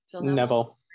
Neville